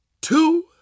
two